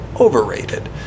overrated